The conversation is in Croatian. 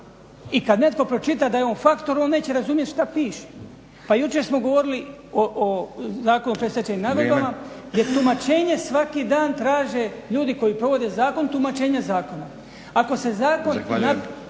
i kad netko pročita da je on factor, on neće razumjeti što piše. Jučer smo govorili o Zakonu o predstečajnim nagodbama… … /Upadica Stazić: Vrijeme./ …… za tumačenje svaki dan traže ljudi koji provode zakon, tumačenje zakona. Ako se zakon…